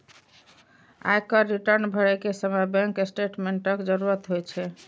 आयकर रिटर्न भरै के समय बैंक स्टेटमेंटक जरूरत होइ छै